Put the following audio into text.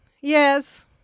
Yes